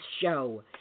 show